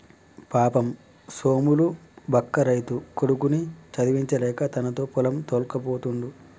పాపం సోములు బక్క రైతు కొడుకుని చదివించలేక తనతో పొలం తోల్కపోతుండు